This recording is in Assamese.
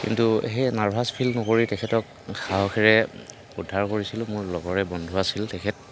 কিন্তু সেই নাৰ্ভাছ ফিল নকৰি তেখেতক সাহসেৰে উদ্ধাৰ কৰিছিলোঁ মোৰ লগৰে বন্ধু আছিল তেখেত